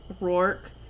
Rourke